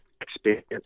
experience